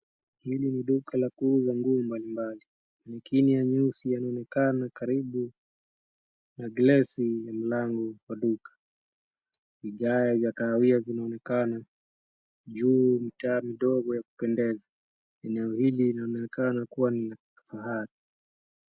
Hili ni duka la kuuza nguo mbalimbali. Manequinn nyeusi yanaonekana karibu na glesi ya mlango wa duka. Vigae vya kahawia vinaonekana. Juu mitaa midogo ya kupendeza. Eneo hili linaonekana kuwa ni la kifahari.